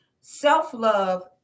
Self-love